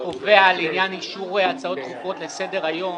קובע לעניין אישור הצעות דחופות לסדר-היום